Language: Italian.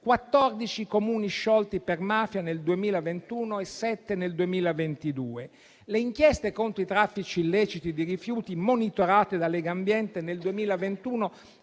14 i Comuni sciolti per mafia nel 2021 e 7 nel 2022. Le inchieste contro i traffici illeciti di rifiuti monitorate da Legambiente nel 2021